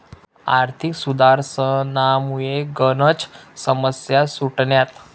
आर्थिक सुधारसनामुये गनच समस्या सुटण्यात